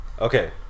Okay